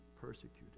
persecuted